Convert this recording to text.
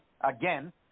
again